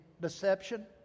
deception